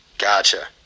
Gotcha